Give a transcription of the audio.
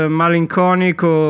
malinconico